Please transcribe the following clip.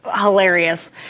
hilarious